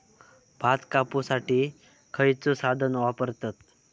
भात कापुसाठी खैयचो साधन वापरतत?